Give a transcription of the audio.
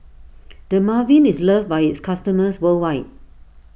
Dermaveen is loved by its customers worldwide